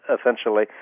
essentially